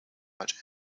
much